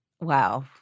wow